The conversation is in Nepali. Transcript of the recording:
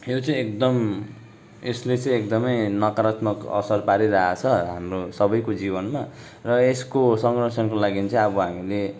यो चाहिँ एकदम यसले चाहिँ एकदमै नकारात्मक असर पारिरहेछ हाम्रो सबैको जीवनमा र यसको संरक्षणको लागि चाहिँ अब हामीले